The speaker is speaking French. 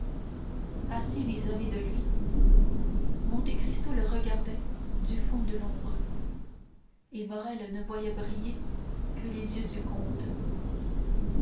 vis-à-vis de lui monte cristo le regardait du fond de l'ombre et morrel ne voyait briller que les yeux du comte